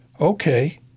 okay